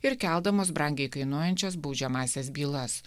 ir keldamos brangiai kainuojančios baudžiamąsias bylas